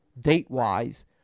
date-wise